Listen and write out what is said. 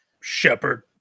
Shepard